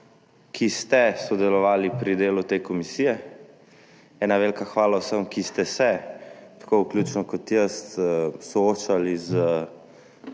ki ste sodelovali pri delu te komisije. Ena velika hvala vsem, ki ste se tako kot vključno jaz soočali s